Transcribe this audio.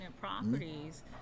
properties